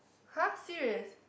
!huh! serious